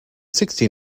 sixty